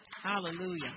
Hallelujah